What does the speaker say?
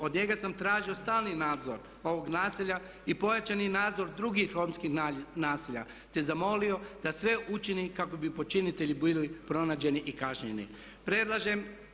Od njega sam tražio stalni nadzor ovog naselja i pojačani nadzor drugih romskih naselja te zamolio da sve učini kako bi počinitelji bili pronađeni i kažnjivi.